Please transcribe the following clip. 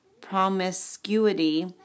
promiscuity